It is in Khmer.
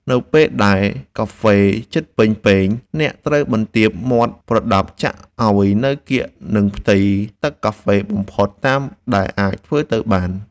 នៅពេលដែលទឹកកាហ្វេជិតពេញពែង អ្នកត្រូវបន្ទាបមាត់ប្រដាប់ចាក់ឱ្យនៅកៀកនឹងផ្ទៃទឹកកាហ្វេបំផុតតាមដែលអាចធ្វើទៅបាន។